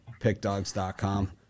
PickDogs.com